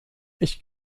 ich